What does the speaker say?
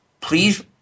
please